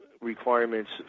requirements